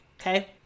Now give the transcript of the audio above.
Okay